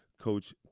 Coach